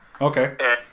Okay